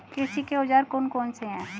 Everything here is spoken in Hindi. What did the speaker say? कृषि के औजार कौन कौन से हैं?